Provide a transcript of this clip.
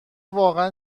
واقعا